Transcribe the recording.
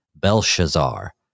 belshazzar